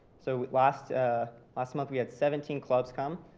so last last month we had seventeen clubs come.